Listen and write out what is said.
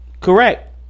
Correct